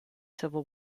civil